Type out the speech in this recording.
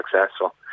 successful